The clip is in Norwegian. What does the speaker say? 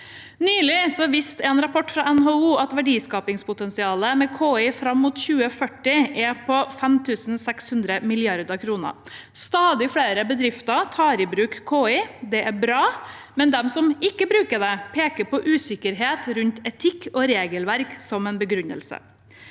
Nylig viste en rapport fra NHO at verdiskapingspotensialet med KI fram mot 2040 er på 5 600 mrd. kr. Stadig flere bedrifter tar i bruk KI, og det er bra, men de som ikke bruker det, peker på usikkerhet rundt etikk og regelverk som en begrunnelse.